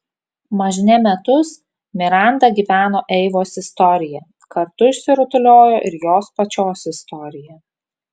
mažne metus miranda gyveno eivos istorija kartu išsirutuliojo ir jos pačios istorija